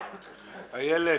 השטח.